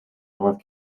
north